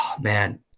man